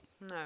No